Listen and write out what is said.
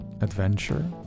adventure